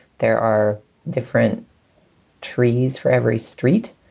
there are different trees for every street.